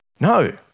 No